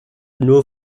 nur